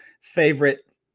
favorite